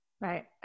Right